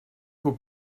qu’on